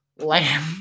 lamb